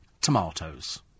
Tomatoes